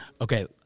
Okay